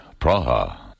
Praha